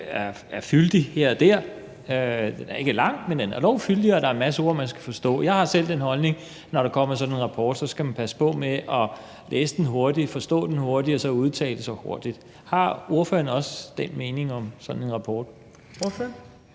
er fyldig her og der. Den er ikke lang, men den er dog fyldig, og der er en masse ord, man skal forstå. Jeg har selv den holdning, at man, når der kommer sådan en rapport, skal passe på med at læse den hurtigt, forstå den hurtigt og så udtale sig hurtigt. Har ordføreren også den mening om sådan en rapport? Kl.